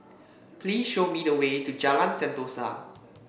please show me the way to Jalan Sentosa